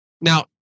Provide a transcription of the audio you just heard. Now